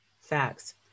Facts